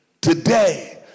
today